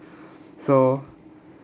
so